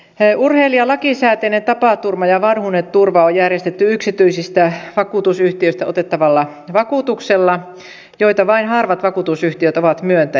urheilijan lakisääteinen tapaturman ja vanhuuden turva on järjestetty yksityisistä vakuutusyhtiöistä otettavalla vakuutuksella joita vain harvat vakuutusyhtiöt ovat myöntäneet